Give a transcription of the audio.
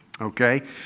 Okay